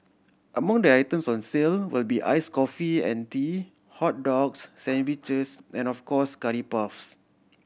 among the items on sale will be ice coffee and tea hot dogs sandwiches and of course curry puffs